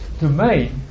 domain